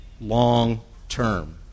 long-term